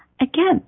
Again